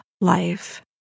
life